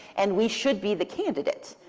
and we should be the candidate.